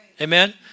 amen